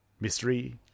Mystery